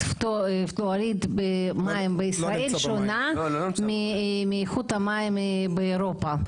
פלואוריד במים בישראל שונה מאיכות המים באירופה.